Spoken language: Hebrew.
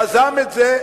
יזם את זה,